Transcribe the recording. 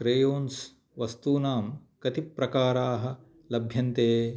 crayons वस्तूनां कति प्रकाराः लभ्यन्ते